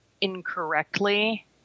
incorrectly